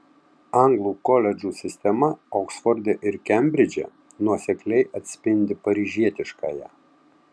anglų koledžų sistema oksforde ir kembridže nuosekliai atspindi paryžietiškąją